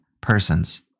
persons